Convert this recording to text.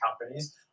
companies